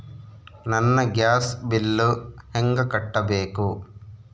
ನನ್ನ gas bill ಹೆಂಗ ಕಟ್ಟಬೇಕು?